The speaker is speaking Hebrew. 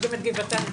התשפ"ג-2023,